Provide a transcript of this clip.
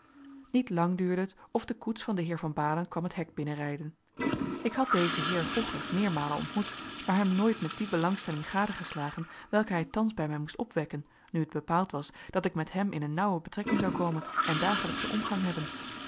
niet lang duurde het of de koets van den heer van baalen kwam het hek binnenrijden ik had dezen heer vroeger meermalen ontmoet maar hem nooit met die belangstelling gadegeslagen welke hij thans bij mij moest opwekken nu het bepaald was dat ik met hem in een nauwe betrekking zou komen en dagelijkschen omgang hebben